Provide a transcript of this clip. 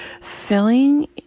filling